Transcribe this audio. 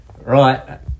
right